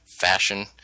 fashion